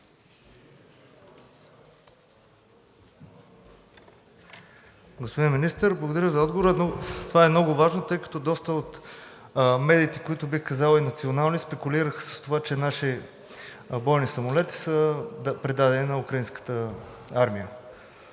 Господин Министър, благодаря за отговора, но това е много важно, тъй като доста от медиите, дори и националните, спекулираха с това, че наши бойни самолети са предадени на украинската армия.